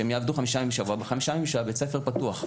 שהם יעבדו חמישה ימים בשבוע בחמישה ימים שבית הספר פתוח.